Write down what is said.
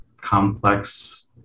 complex